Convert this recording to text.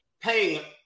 paying